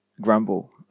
grumble